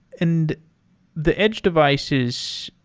and the edge devices,